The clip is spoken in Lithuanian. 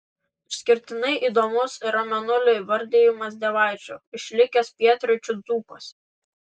išskirtinai įdomus yra mėnulio įvardijimas dievaičiu išlikęs pietryčių dzūkuose